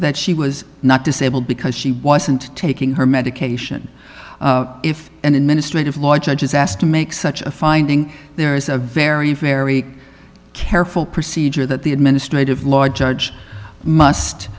that she was not disabled because she wasn't taking her medication if an administrative law judge is asked to make such a finding there is a very very careful procedure that the administrative la